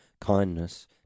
kindness